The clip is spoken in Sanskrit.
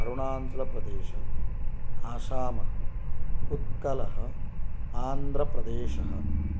अरुणाचलप्रदेश आसामः उत्कलः आन्ध्रप्रदेशः